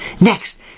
Next